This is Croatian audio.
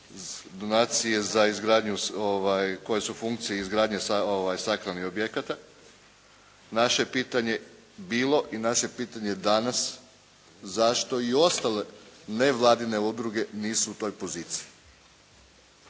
izgradnju koje su funkcije izgradnje sakralnih objekata. Naše je pitanje bilo i naše je pitanje danas zašto i ostale nevladine udruge nisu u toj poziciji?